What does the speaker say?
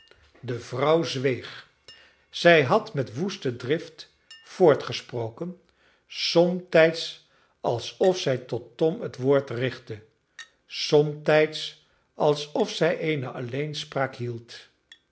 de vrouw zweeg zij had met woeste drift voortgesproken somtijds alsof zij tot tom het woord richtte somtijds alsof zij eene alleenspraak hield